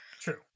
True